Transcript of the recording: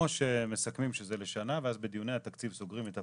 או שמסכמים שזה לשנה ובדיוני התקציב סוגרים את הפער.